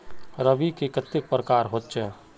रवि के कते प्रकार होचे?